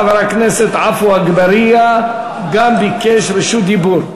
חבר הכנסת עפו אגבאריה שגם ביקש רשות דיבור.